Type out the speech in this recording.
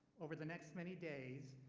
over the next many days,